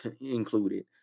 included